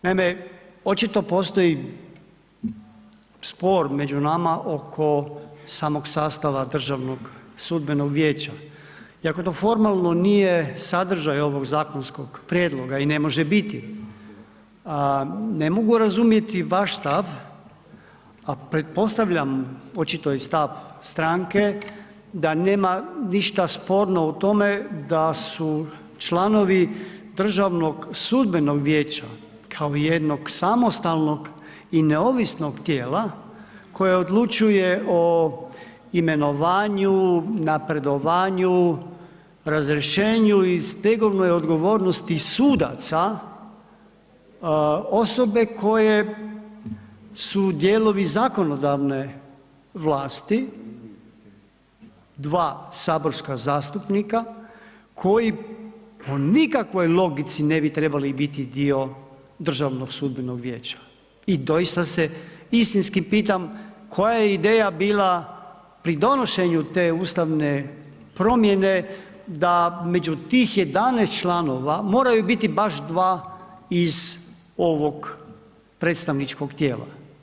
Naime, očito postoji spor među nama oko samog sastava DSV-a iako to formalno nije sadržaj ovog zakonskog prijedloga i ne može biti, ne mogu razumjeti vaš stav a pretpostavljam očito stav stranke, da nema ništa sporno u tome da su članovi DSV-a kao jednog samostalnog i neovisnog tijela koje odlučuje o imenovanju, napredovanju, razrješenju i stegovnoj odgovornosti sudaca, osobe koje su dijelovi zakonodavne vlasti, dva saborska zastupnika koji po nikakvoj logici ne bi trebali biti dio DSV-a i doista se istinski pitam koja je ideja bila pri donošenju te ustavne promjene da među tih 11 članova, moraju biti baš 2 iz ovog predstavničkog tijela.